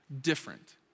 different